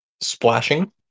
splashing